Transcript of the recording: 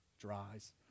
dries